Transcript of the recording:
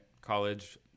college